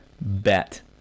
Bet